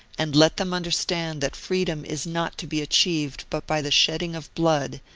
and let them under stand that freedom is not to be achieved but by the shedding of blood,